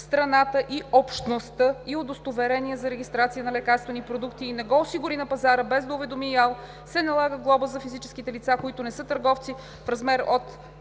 страната и Общността, и удостоверения за регистрация на лекарствени продукти и не го осигури на пазара, без да уведоми ИАЛ, се налага глоба за физическите лица, които не са търговци, в размер от